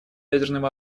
ядерным